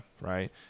Right